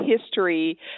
history